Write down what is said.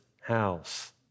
house